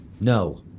no